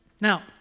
Now